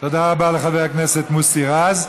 תודה רבה לחבר הכנסת מוסי רז.